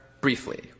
briefly